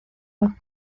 los